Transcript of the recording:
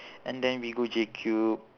and then we go J cube